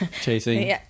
Chasing